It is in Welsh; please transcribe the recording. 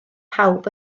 pawb